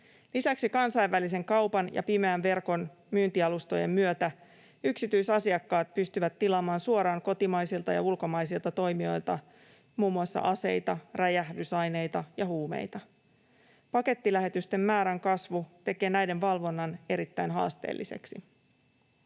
Lisäksi kansainvälisen kaupan ja pimeän verkon myyntialustojen myötä yksityisasiakkaat pystyvät tilaamaan suoraan kotimaisilta ja ulkomaisilta toimijoilta muun muassa aseita, räjähdysaineita ja huumeita. Pakettilähetysten määrän kasvu tekee näiden valvonnan erittäin haasteelliseksi.